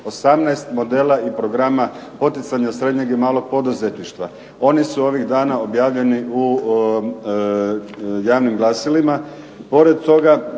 18 modela i programa poticanja srednjeg i malog poduzetništva. Oni su ovih dana objavljeni u javnim glasilima.